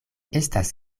estas